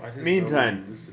Meantime